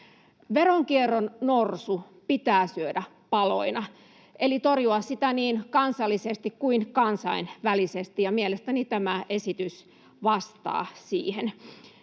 Veronkierron norsu pitää syödä paloina eli torjua sitä niin kansallisesti kuin kansainvälisesti, ja mielestäni tämä esitys vastaa siihen.